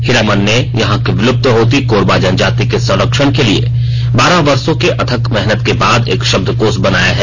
हीरामन ने यहां कि विलुप्त होती कोरबा जनजाति के संरक्षण के लिए बारह वर्षों के अथक मेहनत के बाद एक शब्दकोष बनाया है